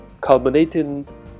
culminating